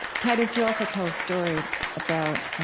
titus, you also tell a story about